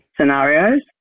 scenarios